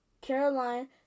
Caroline